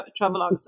travelogues